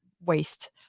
waste